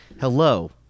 Hello